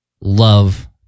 love